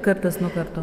kartas nuo karto